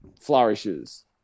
flourishes